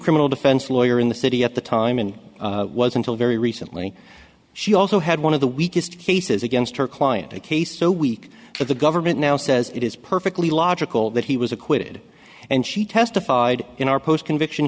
criminal defense lawyer in the city at the time and was until very recently she also had one of the weakest cases against her client a case so weak that the government now says it is perfectly logical that he was acquitted and she testified in our post conviction